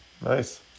nice